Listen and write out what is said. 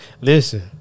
Listen